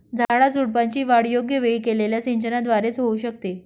झाडाझुडपांची वाढ योग्य वेळी केलेल्या सिंचनाद्वारे च होऊ शकते